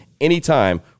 anytime